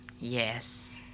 Yes